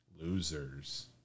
losers